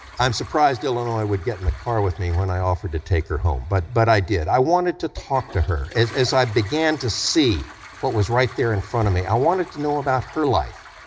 i'm surprised illinois would get in the car with me when i offered to take her home, but but i did, i wanted to talk to her. as as i began to see what was right there in front of me, i wanted to know about her life,